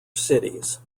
cities